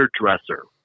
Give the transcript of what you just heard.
dresser